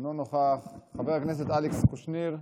אינו נוכח, חבר הכנסת אלכס קושניר,